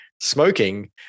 smoking